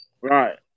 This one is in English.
Right